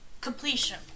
Completion